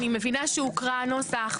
אני מבינה שהוקרא הנוסח,